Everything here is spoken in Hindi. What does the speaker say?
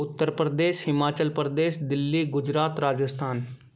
उत्तर प्रदेश हिमाचल प्रदेश दिल्ली गुजरात राजस्थान